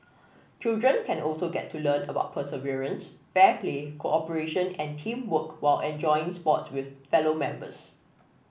children can also get to learn about perseverance fair play cooperation and teamwork while enjoying sports with fellow members